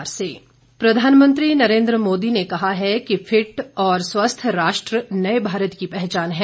प्रधानमंत्री fit India प्रधानमंत्री नरेन्द्र मोदी ने कहा है कि फिट और स्वस्थ राष्ट्र नये भारत की पहचान है